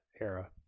era